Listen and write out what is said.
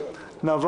נגד?